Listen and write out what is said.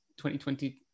2020